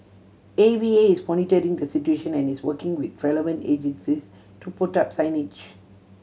A V A is monitoring the situation and is working with relevant agencies to put up signage